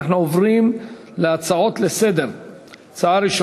אנחנו עוברים להצעות לסדר-היום.